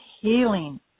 healing